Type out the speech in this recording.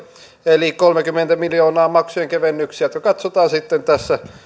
eli kolmekymmentä miljoonaa maksujen kevennyksiä joita katsotaan sitten tässä